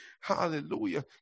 hallelujah